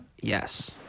Yes